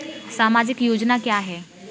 सामाजिक योजना क्या है?